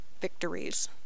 victories